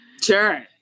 Sure